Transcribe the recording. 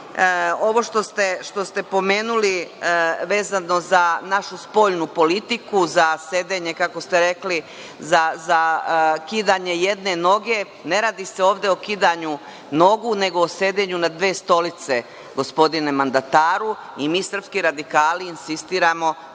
ovo što ste pomenuli vezano za našu spoljnu politiku, za sedenje, kako ste rekli, za kidanje jedne noge, ne radi se ovde o kidanju nogu, nego o sedenju na dve stolice, gospodine mandataru i mi srpski radikali insistiramo